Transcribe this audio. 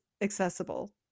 accessible